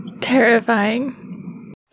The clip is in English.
Terrifying